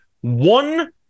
one